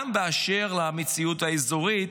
גם באשר למציאות האזורית.